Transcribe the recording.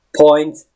point